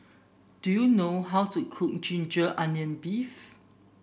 do you know how to cook Ginger Onions beef